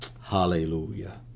Hallelujah